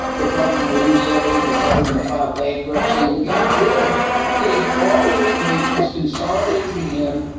they're probably going to lose everything. they're probably going to file bankruptcy. and we got him getting all their patients, consolidating to him.